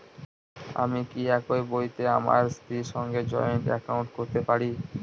আমি কি একই বইতে আমার স্ত্রীর সঙ্গে জয়েন্ট একাউন্ট করতে পারি?